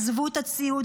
עזבו את הציוד,